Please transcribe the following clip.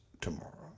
tomorrow